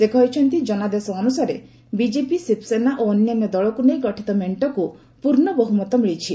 ସେ କହିଛନ୍ତି ଜନାଦେଶ ଅନୁସାରେ ବିଜେପି ଶିବସେନା ଓ ଅନ୍ୟାନ୍ୟ ଦଳକୁ ନେଇ ଗଠିତ ମେଷ୍ଟକୁ ପୂର୍ଣ୍ଣ ବହୁମତ ମିଳିଛି